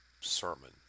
sermon